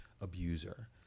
abuser